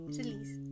release